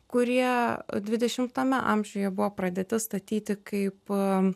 kurie dvidešimtame amžiuje buvo pradėti statyti kaip